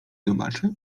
zobaczę